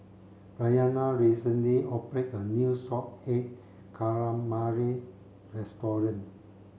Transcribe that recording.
Bryanna recently opened a new salted egg calamari restaurant